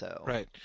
Right